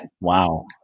wow